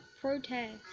Protest